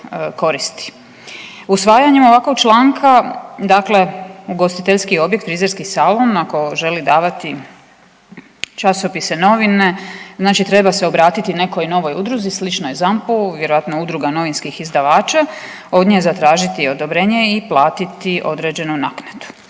Usvajanjem ovakvog članka, dakle ugostiteljski objekt, frizerski salon ako želi davati časopise, novine, znači treba se obratiti nekoj novoj udruzi sličnoj ZAMP-u, vjerojatno Udruga novinskih izdavača, od nje zatražiti odobrenje i platiti određenu naknadu.